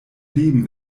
leben